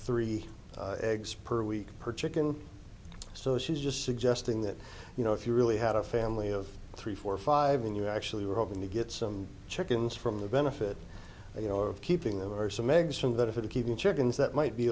three eggs per week per chicken so she's just suggesting that you know if you really had a family of three four five when you actually were hoping to get some chickens from the benefit you know of keeping them or some eggs from that if it is keeping chickens that might be